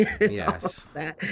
Yes